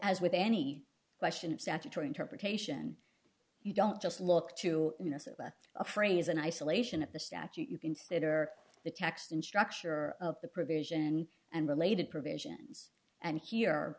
as with any question of statutory interpretation you don't just look to minnesota a phrase in isolation of the statute you consider the tax and structure of the provision and related provisions and he